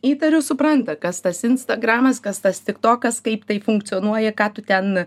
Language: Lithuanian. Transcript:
įtariu supranta kas tas instagramas kas tas tiktokas kaip tai funkcionuoja ką tu ten